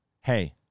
hey